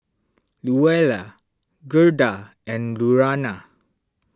Louella Gerda and Lurana